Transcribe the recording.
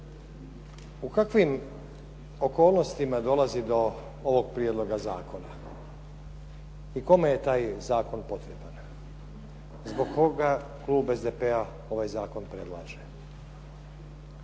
U kakvim okolnostima dolazi do ovog prijedloga zakona i kome je taj zakon potreban? Zbog koga klub SDP-a ovaj zakon predlaže?